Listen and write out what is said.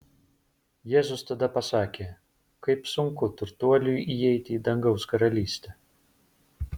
jėzus tada pasakė kaip sunku turtuoliui įeiti į dangaus karalystę